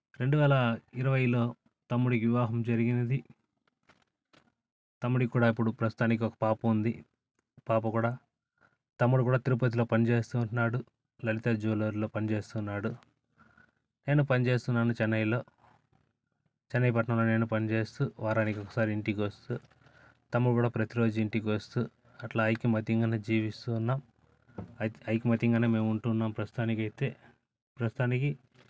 రెండు వేల ఇరవైలో తమ్ముడికి వివాహం జరిగినది తమ్ముడికి కూడా ఇప్పుడు ప్రస్తుతానికి ఒక పాప ఉంది పాప కూడా తమ్ముడు కూడా తిరుపతిలో పని చేస్తునాడు లలిత జ్యువెలరీలో పనిచేస్తున్నాడు నేను పని చేస్తున్నాను చెన్నైలో చెన్నై పట్నంలో నేను పనిచేస్తు వారానికి ఒకసారి ఇంటికి వస్తు తమ్ముడు కూడా ప్రతిరోజు ఇంటికి వస్తు అట్లా ఐక్యమత్యంగానే జీవిస్తున్నాం ఐ ఐకమత్యంగానే మేము ఉంటున్నాం ప్రస్తుతానికైతే ప్రస్తుతానికి